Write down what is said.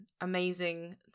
amazing